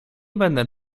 będę